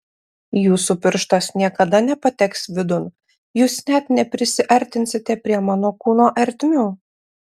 jūsų pirštas niekada nepateks vidun jūs net neprisiartinsite prie mano kūno ertmių